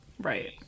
Right